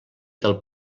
del